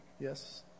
Yes